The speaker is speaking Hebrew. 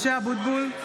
(קוראת בשמות חברי הכנסת) משה אבוטבול,